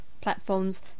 platforms